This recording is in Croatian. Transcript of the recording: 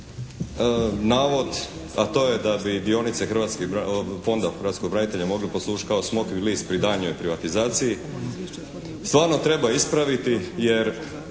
navod, a to je da bi dionice Fonda hrvatskog branitelja mogli poslužiti kao smokvin list pri daljnjoj privatizaciji stvarno treba ispraviti jer